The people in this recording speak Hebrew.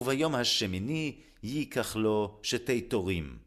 וביום השמיני ייקח לו שתי תורים.